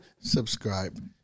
Subscribe